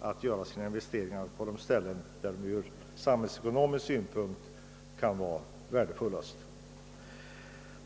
att göra sina investeringar på de ställen där de ur samhällsekonomisk synpunkt är mest värdefulla.